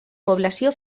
població